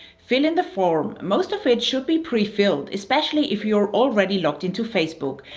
fill in the form most of it should be pre-filled, especially if you're already logged into facebook.